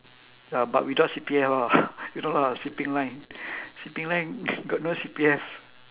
ya but without C_P_F ah you know lah shipping line shipping line got no C_P_F